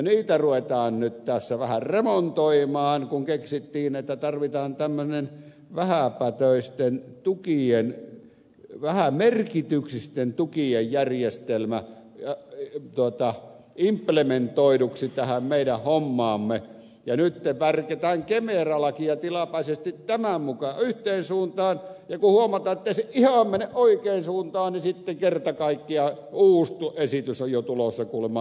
niitä ruvetaan nyt tässä vähän remontoimaan kun keksittiin että tarvitaan tämmöinen vähäpätöisten tukien vähämerkityksisten tukien järjestelmä implementoiduksi tähän meidän hommaamme ja nyt värkätään kemera lakia tilapäisesti tämän mukaan yhteen suuntaan ja kun huomataan ettei se ihan mene oikeaan suuntaan niin sitten kerta kaikkiaan uusi esitys on jo tulossa kuulemma nousuviikolla tänne